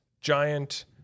giant